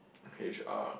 H_R